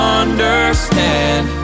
understand